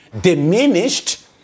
diminished